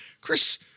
Chris